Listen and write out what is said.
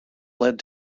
led